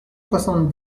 soixante